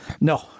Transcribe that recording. No